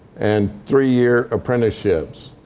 and three-year apprenticeships.